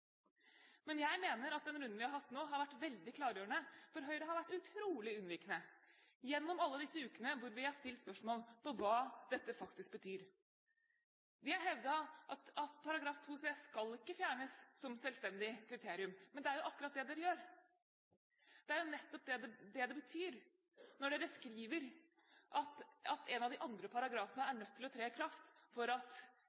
Men jeg mener at den runden vi har hatt nå, har vært veldig klargjørende. For Høyre har vært utrolig unnvikende gjennom alle disse ukene når vi har stilt spørsmål om hva dette faktisk betyr. Vi har hevdet at § 2 c) ikke skal fjernes som selvstendig kriterium, men det er jo akkurat det Høyre gjør. Det er jo nettopp dét det betyr når Høyre skriver at en av de andre paragrafene